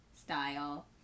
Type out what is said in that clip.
style